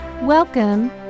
Welcome